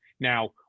Now